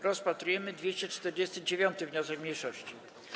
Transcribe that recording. Rozpatrujemy 249. wniosek mniejszości.